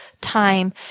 time